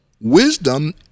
Wisdom